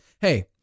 Hey